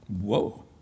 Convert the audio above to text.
Whoa